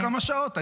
לא כמה שעות?